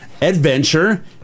adventure